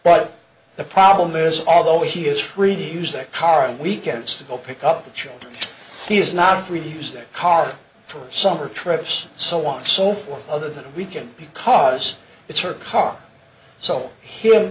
but the problem is although he is free to use that car and weekends to go pick up the child he is not really use that car for summer trips so want so for other that we can because it's her car so him